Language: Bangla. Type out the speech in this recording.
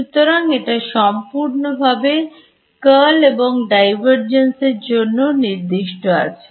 সুতরাং এটা সম্পূর্ণভাবে Curl এবং Divergence এর জন্য নির্দিষ্ট ঠিক আছে